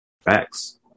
Facts